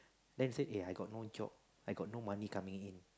then say eh I got no job I got no money coming in